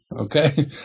Okay